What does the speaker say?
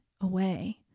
away